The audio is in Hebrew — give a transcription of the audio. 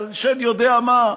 והשד-יודע-מה,